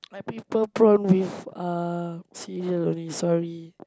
I prefer prawn with uh cereal only sorry